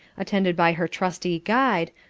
attended by her trusty guide,